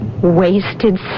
wasted